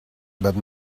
but